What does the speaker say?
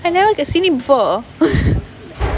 I have never seen it before